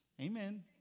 Amen